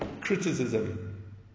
criticism